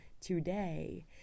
today